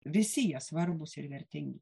visi jie svarbūs ir vertingi